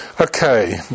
Okay